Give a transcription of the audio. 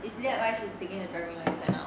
isn't that why she is taking her driving lesson now